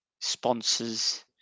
sponsors